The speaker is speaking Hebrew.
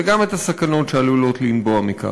וגם את הסכנות שעלולות לנבוע מכך.